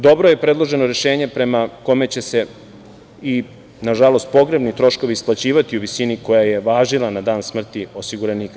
Dobro je predloženo rešenje prema kome će se, nažalost, pogrebni troškovi isplaćivati u visini koja je važila na dan smrti osiguranika.